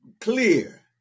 clear